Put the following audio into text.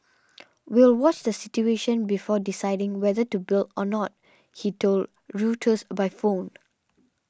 we'll watch the situation before deciding whether to build or not he told Reuters by phone